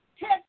Ten